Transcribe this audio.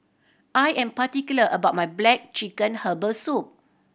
I am particular about my black chicken herbal soup